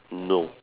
no